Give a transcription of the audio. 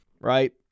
right